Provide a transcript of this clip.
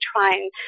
trying